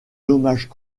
dommages